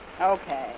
Okay